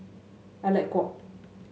Alec Kuok